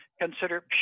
consider